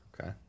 okay